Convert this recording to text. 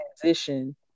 transition